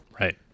Right